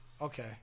Okay